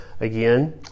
Again